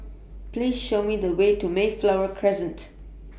Please Show Me The Way to Mayflower Crescent